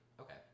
Okay